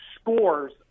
scores